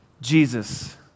Jesus